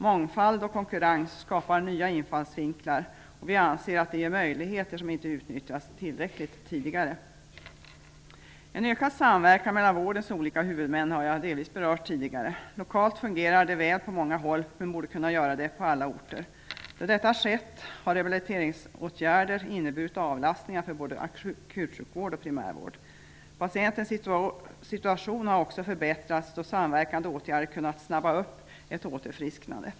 Mångfald och konkurrens skapar nya infallsvinklar, och vi anser att det ger möjligheter som inte utnyttjats tillräckligt tidigare. En ökad samverkan mellan vårdens olika huvudmän har jag delvis berört tidigare. Lokalt fungerar det väl på många håll men borde kunna göra det på alla orter. Där detta skett har rehabiliteringsåtgärder inneburit avlastningar för både akutsjukvård och primärvård. Patientens situation har också förbättrats då samverkande åtgärder har kunnat snabba upp ett återfrisknande.